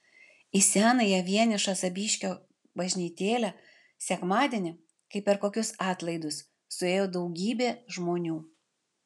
į senąją vienišą zapyškio bažnytėlę sekmadienį kaip per kokius atlaidus suėjo daugybė žmonių